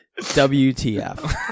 WTF